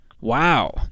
Wow